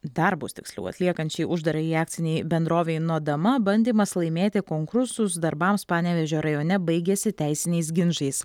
darbus tiksliau atliekančiai uždarajai akcinei bendrovei nodama bandymas laimėti konkursus darbams panevėžio rajone baigėsi teisiniais ginčais